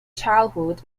childhood